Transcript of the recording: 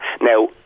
Now